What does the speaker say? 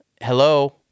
hello